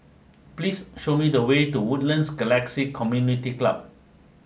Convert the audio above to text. please show me the way to Woodlands Galaxy Community Club